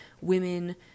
women